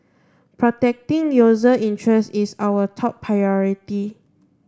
protecting user interests is our top priority